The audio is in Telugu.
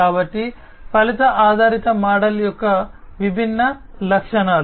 కాబట్టి ఇవి ఫలిత ఆధారిత మోడల్ యొక్క విభిన్న లక్షణాలు